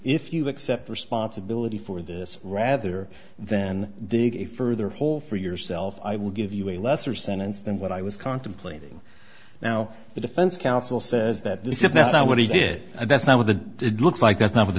if you accept responsibility for this rather then they get a further hole for yourself i will give you a lesser sentence than what i was contemplating now the defense counsel says that this is not what he did that's not what the it looks like that's not what the